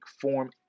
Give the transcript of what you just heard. form